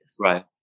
Right